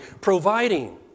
providing